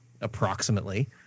approximately